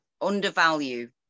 undervalue